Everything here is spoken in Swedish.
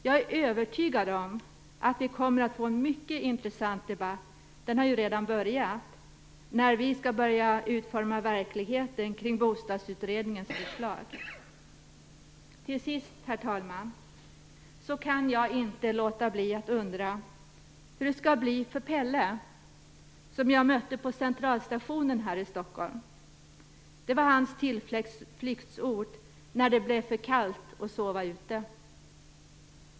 Jag är övertygad om att vi kommer att få en mycket intressant debatt - och den har ju redan börjat - när vi skall börja utforma verkligheten kring Bostadsutredningens förslag. Till sist, herr talman, kan jag inte låta bli att undra hur det skall bli för Pelle som jag mötte på centralstationen här i Stockholm. Det var hans tillflyktsort när det blev för kallt att sova ute.